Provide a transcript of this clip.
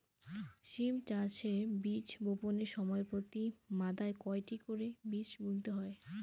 সিম চাষে বীজ বপনের সময় প্রতি মাদায় কয়টি করে বীজ বুনতে হয়?